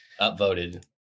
Upvoted